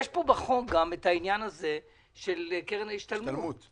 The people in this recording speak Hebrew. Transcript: יש בחוק גם את העניין של קרן ההשתלמות.